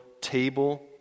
table